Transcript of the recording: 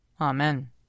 Amen